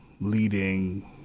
leading